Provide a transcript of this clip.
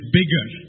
bigger